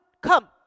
come